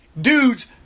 dudes